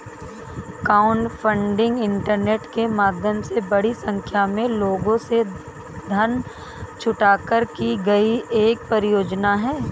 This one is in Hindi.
क्राउडफंडिंग इंटरनेट के माध्यम से बड़ी संख्या में लोगों से धन जुटाकर की गई एक परियोजना है